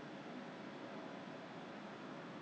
oh !aiya! 我没事跑去那边做什么